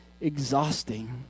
exhausting